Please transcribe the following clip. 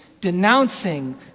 denouncing